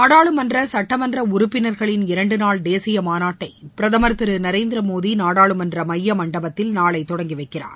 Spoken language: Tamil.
நாடாளுமன்ற சட்டமன்ற உறுப்பினர்களின் இரண்டு நாள் தேசிய மாநாட்டை பிரதமர் திரு நரேந்திரமோடி நாடாளுமன்ற மைய மண்டபத்தில் நாளை தொடங்கி வைக்கிறார்